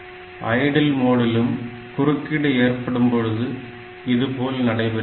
idle மோடிலும் குறுக்கீடு ஏற்படும் பொழுது இதுபோல் நடைபெறுகிறது